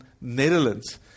Netherlands